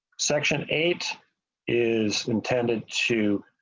section eight is intended to.